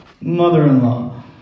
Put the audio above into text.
mother-in-law